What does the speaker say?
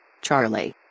Charlie